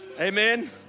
Amen